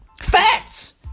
Facts